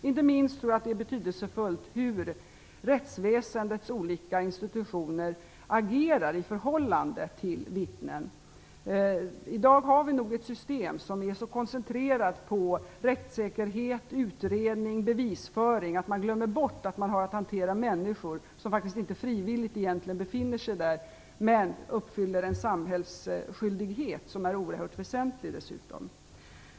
Inte minst tror jag att det är betydelsefullt hur rättsväsendets olika institutioner agerar i förhållande till vittnen. Vi har i dag ett system som är så koncentrerat på rättssäkerhet, utredning och bevisföring att man nog glömmer bort att man har att hantera människor som faktiskt inte frivilligt infinner sig men som uppfyller en samhällsskyldighet, som dessutom är oerhört väsentlig.